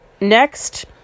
next